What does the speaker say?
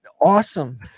awesome